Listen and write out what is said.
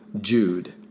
Jude